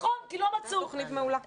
הייתה תכנית מעולה.